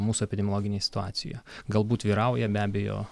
mūsų epidemiologinę situaciją galbūt vyrauja be abejo